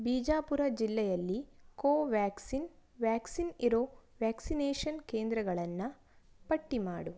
ಬಿಜಾಪುರ ಜಿಲ್ಲೆಯಲ್ಲಿ ಕೋವ್ಯಾಕ್ಸಿನ್ ವ್ಯಾಕ್ಸಿನ್ ಇರೋ ವ್ಯಾಕ್ಸಿನೇಷನ್ ಕೇಂದ್ರಗಳನ್ನು ಪಟ್ಟಿ ಮಾಡು